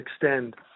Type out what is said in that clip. extend